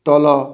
ତଳ